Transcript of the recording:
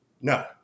no